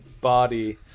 body